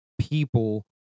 people